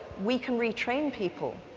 we can retrain people.